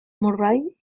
murray